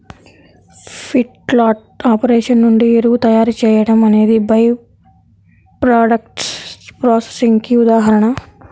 feedlot operation నుండి ఎరువు తయారీ చేయడం అనేది బై ప్రాడక్ట్స్ ప్రాసెసింగ్ కి ఉదాహరణ